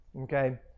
okay